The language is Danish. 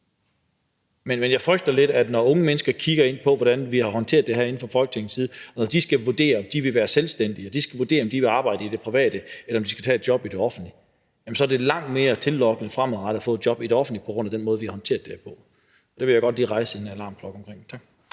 Men jeg frygter lidt, at når unge mennesker kigger på, hvordan vi har håndteret det herinde fra Folketingets side, og skal vurdere, om de vil være selvstændige, og de skal vurdere, om de vil arbejde i det private, eller om de skal tage et job i det offentlige, så vil det virke langt mere tillokkende fremadrettet at få et job i det offentlige på grund af den måde, vi har håndteret det her på. Der vil jeg godt lige hejse et advarselsflag. Tak.